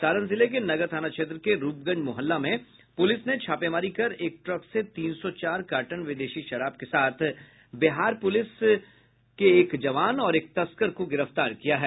सारण जिले के नगर थाना क्षेत्र के रूपगंज मुहल्ला में पुलिस ने छापेमारी कर एक ट्रक से तीन सौ चार कार्टन विदेशी शराब के साथ बिहार पुलिस के एक जवान और एक तस्कर को गिरफ्तार किया है